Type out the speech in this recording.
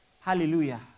Hallelujah